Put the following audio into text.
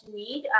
need